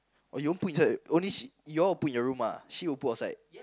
oh you won't put with her only she you all will put in the room ah she will put outside